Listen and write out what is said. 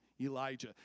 Elijah